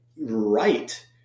right